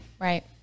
right